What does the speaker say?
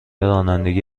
رانندگی